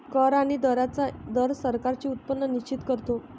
कर आणि दरांचा दर सरकारांचे उत्पन्न निश्चित करतो